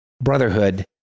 brotherhood